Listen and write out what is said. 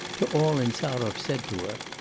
to all insarov said to her,